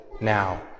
Now